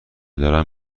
دارم